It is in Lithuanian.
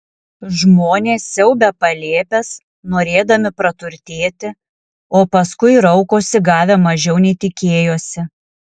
žmonės siaubia palėpes norėdami praturtėti o paskui raukosi gavę mažiau nei tikėjosi